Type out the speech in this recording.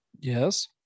Yes